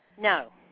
no